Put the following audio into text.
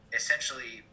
essentially